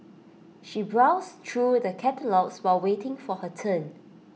she browsed through the catalogues while waiting for her turn